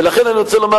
ולכן אני רוצה לומר,